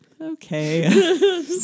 Okay